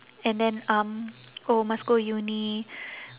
and then um oh must go uni